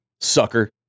sucker